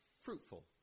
Fruitful